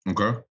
Okay